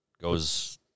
goes